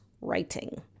writing